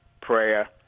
prayer